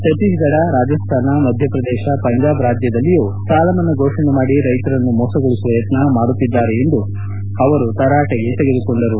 ಛತ್ತೀಸ್ತಡ ರಾಜಸ್ತಾನ ಮಧ್ಯಪ್ರದೇಶ ಪಂಜಾಬ್ ರಾಜ್ಯದಲ್ಲಿಯೊ ಸಾಲಮನ್ನಾ ಘೋಷಣೆ ಮಾಡಿ ರೈತರನ್ನು ಮೋಸಗೊಳಿಸುವ ಯತ್ನ ಮಾಡುತ್ತಿದ್ದಾರೆಂದು ಅವರು ತರಾಟೆಗೆ ತೆಗೆದುಕೊಂಡರು